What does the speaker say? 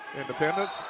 Independence